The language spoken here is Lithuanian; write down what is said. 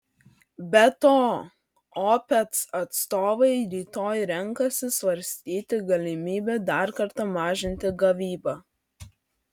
be to opec atstovai rytoj renkasi svarstyti galimybę dar kartą mažinti gavybą